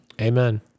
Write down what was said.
Amen